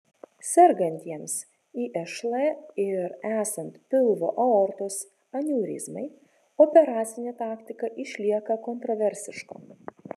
sergantiems išl ir esant pilvo aortos aneurizmai operacinė taktika išlieka kontraversiška